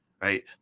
right